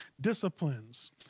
disciplines